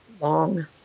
long